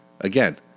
Again